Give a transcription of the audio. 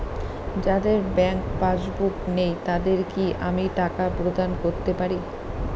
যাদের bank passbook নেই তাদের কি আমি টাকা প্রদান করতে পারি?